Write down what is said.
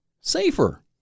Safer